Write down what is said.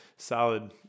solid